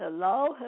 Hello